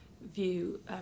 view